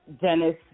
Dennis